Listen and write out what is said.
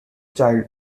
child